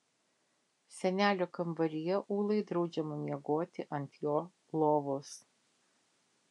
senelio kambaryje ūlai draudžiama miegoti ant jo lovos